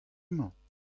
mañ